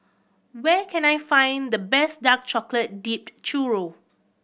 where can I find the best dark chocolate dipped churro